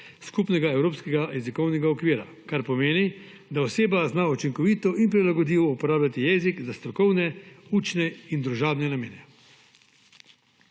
skupnega evropskega jezikovnega okvirja, kar pomeni, da oseba zna učinkovito in prilagodljivo uporabljati jezik za strokovne, učne in družabne namene.